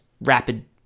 rapid